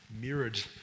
mirrored